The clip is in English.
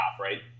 right